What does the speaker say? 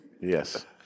yes